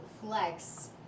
flex